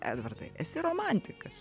edvardai esi romantikas